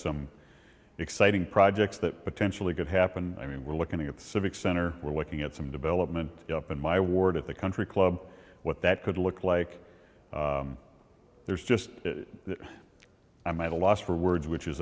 some exciting projects that potentially could happen i mean we're looking at the civic center we're looking at some development up in my ward at the country club what that could look like there's just i'm at a loss for words which is